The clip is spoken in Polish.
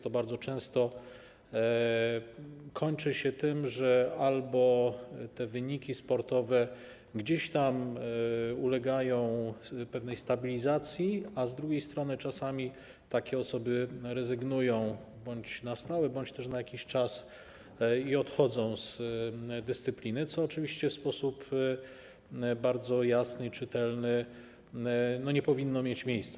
To bardzo często kończy się tym, że albo wyniki sportowe tych osób ulegają pewnej stabilizacji, albo z drugiej strony czasami takie osoby rezygnują, bądź na stałe, bądź też na jakiś czas, i odchodzą z dyscypliny, co oczywiście - widać to w sposób bardzo jasny i czytelny - nie powinno mieć miejsca.